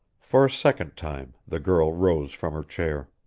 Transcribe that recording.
for a second time the girl rose from her chair.